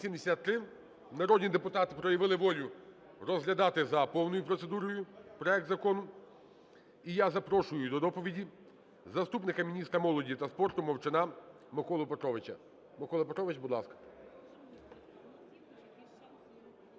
Народні депутати проявили волю розглядати за повною процедурою проект закону. І я запрошую до доповіді заступника міністра молоді та спорту Мовчана Миколу Петровича. Микола Петрович, будь ласка.